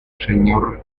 señor